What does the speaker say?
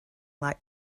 like